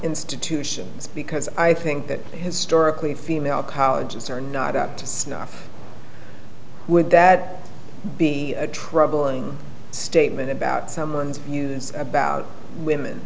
institutions because i think that historically female colleges are not up to snuff would that be a troubling statement about someone's use about women